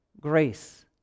grace